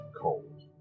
cold